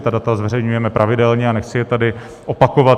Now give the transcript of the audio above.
Ta data zveřejňujeme pravidelně a nechci je tady opakovat.